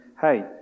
hey